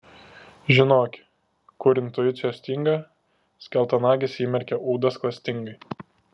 žinoki kur intuicijos stinga skeltanagis įmerkia ūdas klastingai